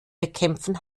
bekämpfen